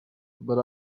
but